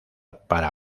para